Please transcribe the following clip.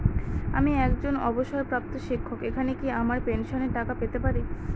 আমি একজন অবসরপ্রাপ্ত শিক্ষক এখানে কি আমার পেনশনের টাকা পেতে পারি?